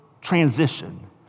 transition